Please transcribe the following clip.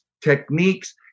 techniques